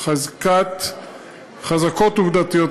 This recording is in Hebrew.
חזקות עובדתיות,